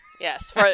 Yes